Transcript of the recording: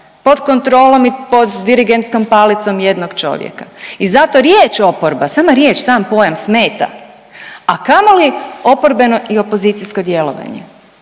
pod kontrolom i pod dirigentskom palicom jednog čovjeka. I zato riječ oporba, sama riječ, sam pojam smeta a kamoli oporbeno i opozicijsko djelovanje.